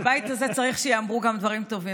בבית הזה צריך שייאמרו גם דברים טובים.